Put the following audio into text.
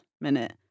minute